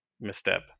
misstep